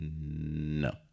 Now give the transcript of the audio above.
No